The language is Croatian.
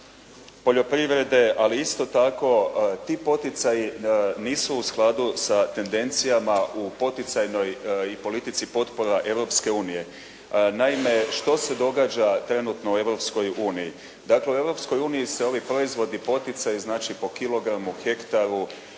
poljoprivrede. Ali isto tako ti poticaji nisu u skladu sa tendencijama u poticajnoj politici potpora Europske unije. Naime, što se događa trenutno u Europskoj uniji? Dakle, u Europskoj uniji se ovi proizvodni poticaji znači po kilogramu, hektaru,